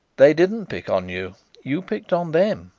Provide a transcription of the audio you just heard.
they didn't pick on you you picked on them,